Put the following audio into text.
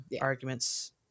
arguments